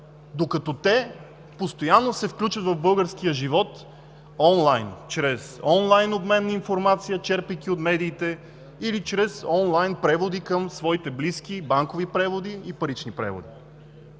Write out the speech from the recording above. а те постоянно се включват в българския живот онлайн – чрез онлайн обмен на информация, черпейки от медиите, или чрез онлайн преводи към своите близки – банкови преводи и парични преводи.